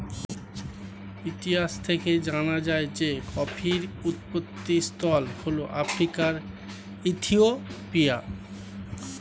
ইতিহাস থেকে জানা যায় যে কফির উৎপত্তিস্থল হল আফ্রিকার ইথিওপিয়া